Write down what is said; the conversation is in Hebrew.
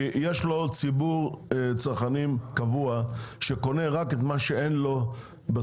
יש לו עוד ציבור צרכנים קבוע שקונה רק את מה שאין לו בסופר.